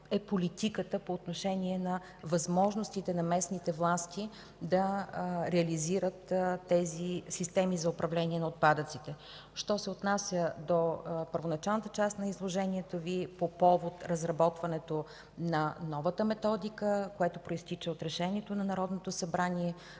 е политиката по отношение на възможностите на местните власти да реализират тези системи за управление на отпадъците. Що се отнася до първоначалната част на изложението Ви по повод разработването на новата методика, която произтича от решението на Народното събрание